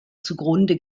zugrunde